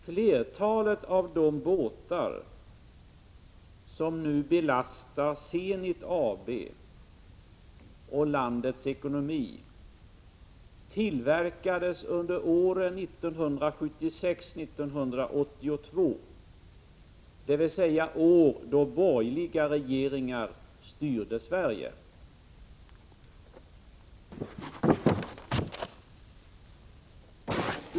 Flertalet av de båtar som nu belastar Zenit Shipping AB och landets ekonomi tillverkades under åren 1976-1982, dvs. år då borgerliga regeringar styrde Sverige.